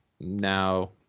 now